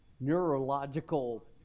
neurological